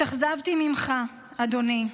התאכזבתי ממך, אדוני,